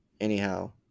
Anyhow